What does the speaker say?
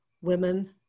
women